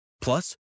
Plus